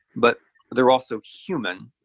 but they're also human.